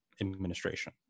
administration